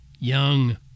young